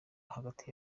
hagati